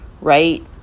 right